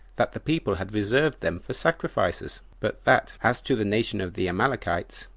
that the people had reserved them for sacrifices but that, as to the nation of the amalekites,